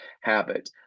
habit